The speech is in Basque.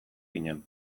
ginen